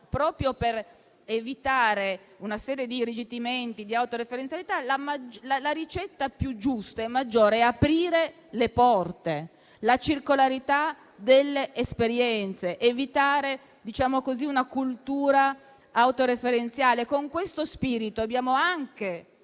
Proprio per evitare una serie di irrigidimenti e di autoreferenzialità, la ricetta più giusta è aprire le porte, nella circolarità delle esperienze, ed evitare una cultura autoreferenziale. Con questo spirito abbiamo anche